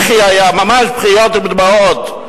בכי היה, ממש בכיות עם דמעות: